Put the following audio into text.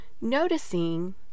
Noticing